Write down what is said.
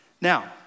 Now